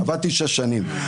עבדתי שש שנים.